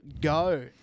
go